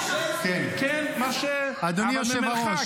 קטי, קטי --- הצביעו נגד.